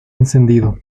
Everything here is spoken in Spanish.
encendido